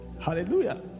hallelujah